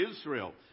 Israel